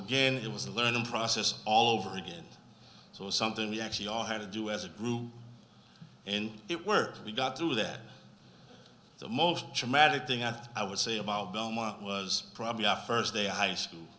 again it was a learning process all over again so something we actually all had to do as a group and it worked we got through that the most dramatic thing that i would say about belmont was probably our first day i school